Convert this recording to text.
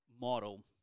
model